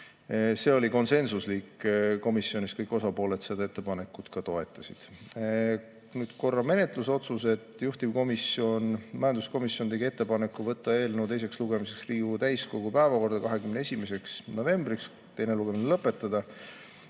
See oli konsensuslik, komisjonis kõik osapooled seda ettepanekut ka toetasid. Nüüd korra menetlusotsustest. Juhtivkomisjon majanduskomisjon tegi ettepaneku võtta eelnõu teiseks lugemiseks Riigikogu täiskogu päevakorda 21. novembriks ja teine lugemine lõpetada.